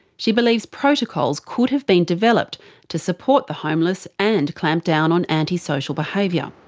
she believes protocols could have been developed to support the homeless and clamp down on anti-social behaviour.